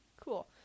cool